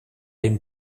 dem